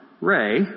Ray